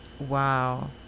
Wow